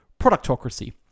Productocracy